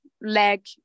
leg